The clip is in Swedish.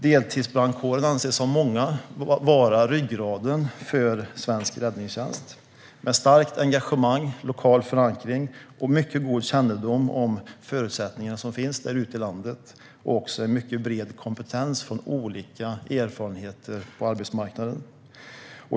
Deltidsbrandkåren anses av många vara ryggraden i svensk räddningstjänst, med starkt engagemang, lokal förankring, mycket god kännedom om de förutsättningar som finns i landet och en bred kompetens från olika erfarenheter på arbetsmarknaden.